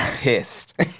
pissed